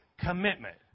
commitment